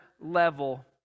level